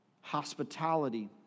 Hospitality